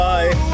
Bye